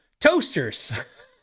toasters